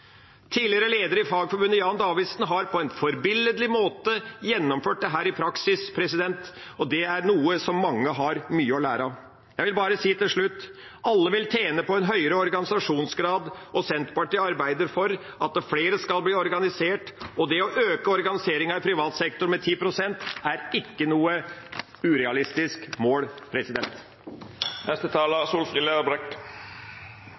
Tidligere leder i Fagforbundet, Jan Davidsen, har på en forbilledlig måte gjennomført dette i praksis, og det er noe som mange har mye å lære av. Jeg vil til slutt si at alle vil tjene på en høyere organisasjonsgrad. Senterpartiet arbeider for at flere skal bli organisert. Det å øke organiseringen i privat sektor med 10 pst. er ikke noe urealistisk mål.